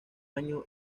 año